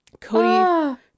Cody